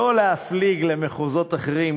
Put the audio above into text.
לא להפליג למחוזות אחרים.